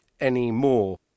anymore